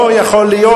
לא יכול להיות,